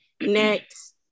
Next